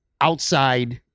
outside